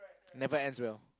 never ends well